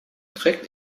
trägt